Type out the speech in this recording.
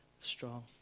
strong